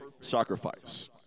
sacrifice